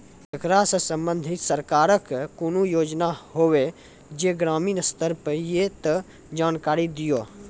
ऐकरा सऽ संबंधित सरकारक कूनू योजना होवे जे ग्रामीण स्तर पर ये तऽ जानकारी दियो?